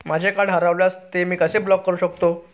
माझे कार्ड हरवल्यास मी ते कसे ब्लॉक करु शकतो?